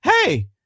hey